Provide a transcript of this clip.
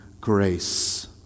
grace